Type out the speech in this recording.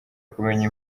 kumenya